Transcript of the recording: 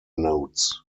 notes